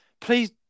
please